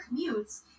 commutes